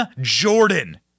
Jordan